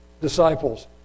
disciples